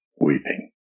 weeping